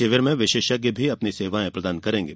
शिविर में विशेषज्ञ अपनी सेवाएँ प्रदान करेंगे